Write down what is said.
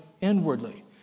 inwardly